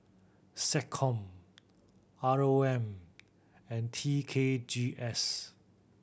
SecCom R O M and T K G S